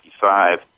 1955